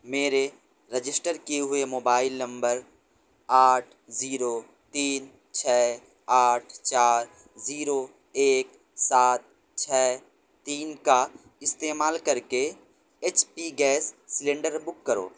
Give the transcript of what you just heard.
میرے رجسٹر کیے ہوئے موبائل نمبر آٹھ زیرو تین چھ آٹھ چار زیرو ایک سات چھ تین کا استعمال کر کے H P gas cylinder book کرو